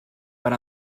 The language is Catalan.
per